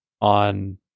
on